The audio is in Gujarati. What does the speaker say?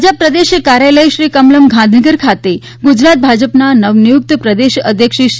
ભાજપા પ્રદેશ કાર્યાલય શ્રી કમલમ ગાંધીનગર ખાતે ગુજરાત ભાજપાના નવનિયુક્ત પ્રદેશ અધ્યક્ષ શ્રી સી